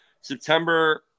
September